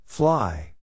Fly